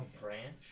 branch